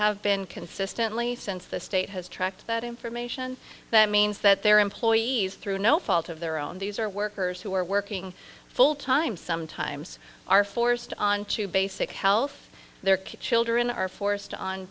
have been consistently since the state has tracked that information that means that their employees through no fault of their own these are workers who are working full time sometimes are forced onto basic health they're killed or in are forced on